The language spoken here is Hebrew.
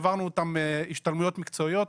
העברנו אותם השתלמויות מקצועיות.